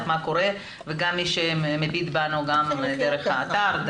מה קורה וגם מי שמביט בנו דרך האתר.